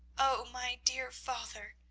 oh, my dear father,